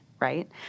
Right